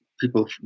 people